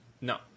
No